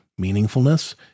Meaningfulness